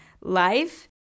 life